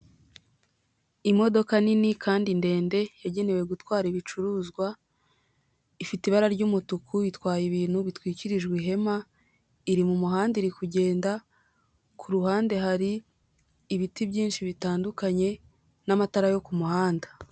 Imodoka nini kandi ndende yagenewe gutwara ibicuruzwa, ifite ibara ry'umutuku itwaye ibintu bitwikirijwe ihema, iri mu muhanda iri kugenda, ku ruhande hari ibiti byinshi bitandukanye n'amatara yo ku muhanda.